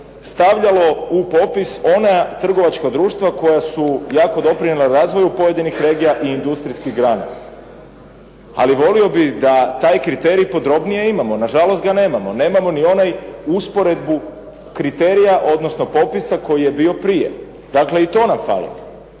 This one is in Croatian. stavljalo u popis ona trgovačka društva koja su jako doprinijela razvoju pojedinih regija i industrijskih grana. Ali volio bih da taj kriterij podrobnije imamo, nažalost ga nemamo. Nemamo ni onaj usporedbu kriterija, odnosno popisa koji je bio prije. Dakle, i to nam fali.